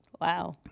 Wow